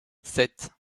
sept